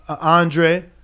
Andre